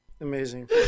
Amazing